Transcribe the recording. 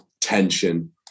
tension